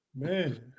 Man